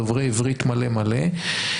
דוברי עברית מלא מלא,